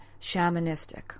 shamanistic